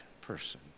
person